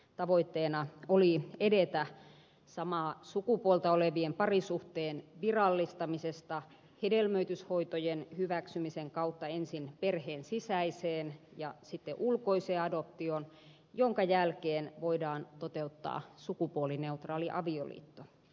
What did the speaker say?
tavoitteena oli edetä samaa sukupuolta olevien parisuhteen virallistamisesta hedelmöityshoitojen hyväksymisen kautta ensin perheen sisäiseen ja sitten ulkoiseen adoptioon jonka jälkeen voidaan toteuttaa sukupuolineutraali avioliitto